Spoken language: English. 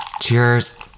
cheers